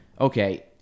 okay